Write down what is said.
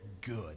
good